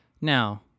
Now